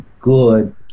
good